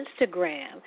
Instagram